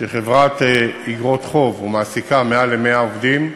שהיא חברת איגרות חוב או מעסיקה מעל ל-100 עובדים,